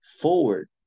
forward